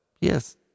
Yes